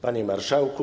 Panie Marszałku!